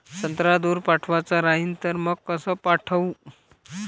संत्रा दूर पाठवायचा राहिन तर मंग कस पाठवू?